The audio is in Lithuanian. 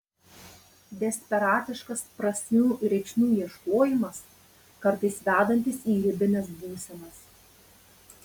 desperatiškas prasmių ir reikšmių ieškojimas kartais vedantis į ribines būsenas